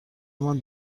مان